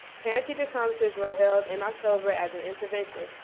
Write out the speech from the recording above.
parent teacher conferences were held in october as an intervention.